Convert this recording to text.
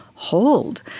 Hold